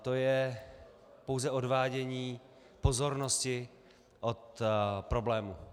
To je pouze odvádění pozornosti od problému.